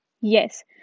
Yes